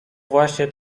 właśnie